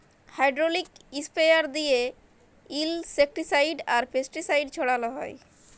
hydraulic sprayer দিঁয়ে insecticide আর pesticide ছড়াল হ্যয়